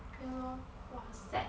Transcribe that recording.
ya lor !wah! sad